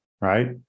right